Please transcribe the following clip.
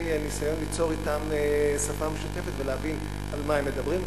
ניסיון ליצור אתם שפה משותפת ולהבין על מה הם מדברים.